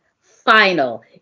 final